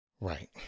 right